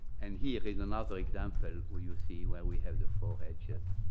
and here is another example where you see where we have the four edges.